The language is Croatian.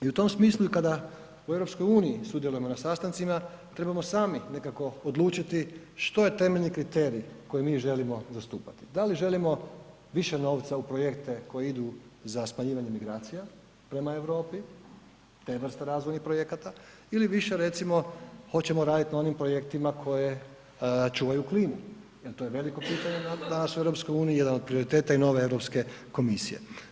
I u tom smislu i kada u EU sudjelujemo na sastancima trebamo sami nekako odlučiti što je temeljni kriterij koji mi želimo zastupati, da li želimo više novca u projekte koji idu za smanjivanje migracija prema Europi, te vrste razvojnih projekata ili više recimo hoćemo radit na onim projektima koje čuvaju klimu jel to je veliko pitanje danas u EU, jedan od prioriteta i nove Europske komisije.